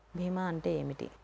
భీమా అంటే ఏమిటి?